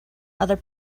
other